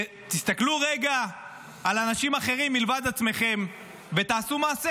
תסתכלו רגע על אנשים אחרים מלבד עצמכם ותעשו מעשה?